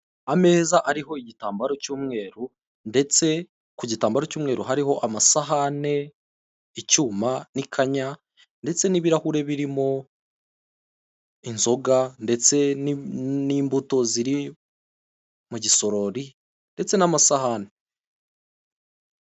Ameza ariho igitambaro cy'umweru ndetse ku gitambaro cyumweru hariho: amasahane, icyuma n'ikanya, ndetse n'ibirahure birimo inzoga, ndetse n'imbuto ziri mu gisorori, ndetse n'amasahani.